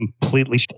Completely